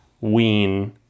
wean